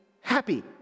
happy